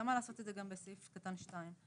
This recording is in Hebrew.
ובהתאמה לעשות את זה גם בסעיף קטן (2).